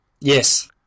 Yes